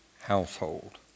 household